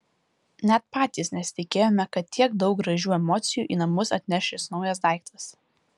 net patys nesitikėjome kad tiek daug gražių emocijų į namus atneš šis naujas daiktas